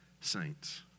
saints